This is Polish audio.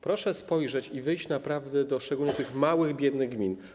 Proszę spojrzeć, iść naprawdę szczególnie do tych małych, biednych gmin.